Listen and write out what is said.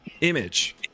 image